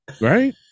right